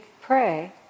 pray